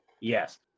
Yes